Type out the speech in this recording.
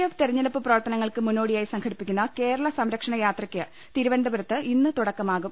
F തിരഞ്ഞെടുപ്പ് പ്രവർത്തനങ്ങൾക്ക് മുന്നോടിയായി സംഘടിപ്പിക്കുന്ന കേരള സംരക്ഷണ യാത്രയ്ക്ക് തിരുവനന്തപുരത്ത് ഇന്ന് തുടക്കമാകും